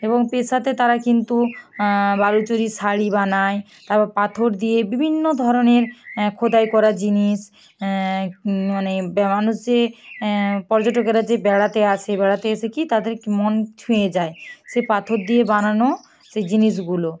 এবং পেশাতে তারা কিন্তু বালুচরি শাড়ি বানায় তারপর পাথর দিয়ে বিভিন্ন ধরনের খোদাই করা জিনিস মানে মানুষে পর্যটকেরা যে বেড়াতে আসে বেড়াতে এসে কী তাদের মন ছুঁয়ে যায় সেই পাথর দিয়ে বানানো সেই জিনিসগুলো